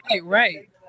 Right